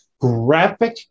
Graphic